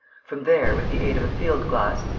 from there, with the aid of a field-glass,